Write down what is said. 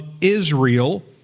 Israel